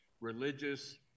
religious